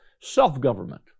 self-government